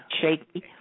shaky